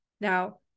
Now